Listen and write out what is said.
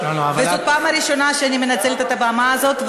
וזאת פעם ראשונה שאני מנצלת את הבמה הזאת,